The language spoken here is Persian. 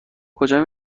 کجا